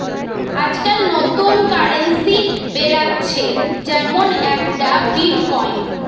আজকাল নতুন কারেন্সি বেরাচ্ছে যেমন একটা বিটকয়েন